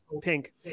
Pink